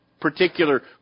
particular